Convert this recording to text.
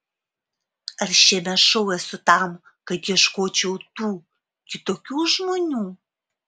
aš šiame šou esu tam kad ieškočiau tų kitokių žmonių